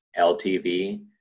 LTV